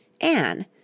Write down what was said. Anne